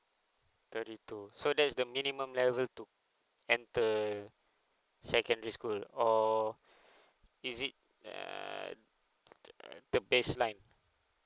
thirty two so that is the minimum level to enter secondary school or is it err the base line